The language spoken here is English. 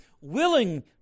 willing